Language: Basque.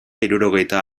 hirurogeita